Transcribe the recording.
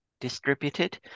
distributed